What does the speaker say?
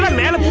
ma'am